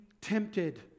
tempted